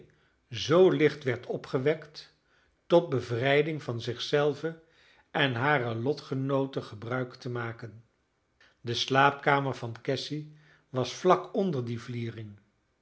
zoo licht werd opgewekt tot bevrijding van zich zelve en hare lotgenoote gebruik te maken de slaapkamer van cassy was vlak onder die vliering